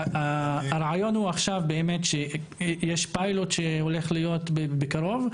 והרעיון הוא עכשיו באמת שיש פיילוט שהולך להיות בקרוב,